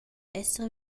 esser